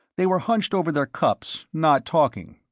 they were hunched over their cups, not talking.